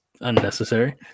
unnecessary